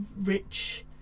rich